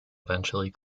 eventually